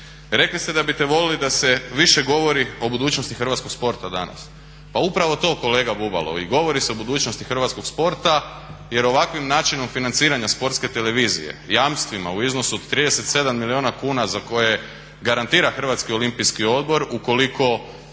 Rekli ste da bi ste voljeli da se više govorio o budućnosti hrvatskog sporta danas, pa upravo to kolega Bubalo i govori se o budućnosti hrvatskog sporta jer ovakvim načinom financiranja Sportske televizije, jamstvima u iznosu od 37 milijuna kuna za koje garantira HOO ukoliko Sportska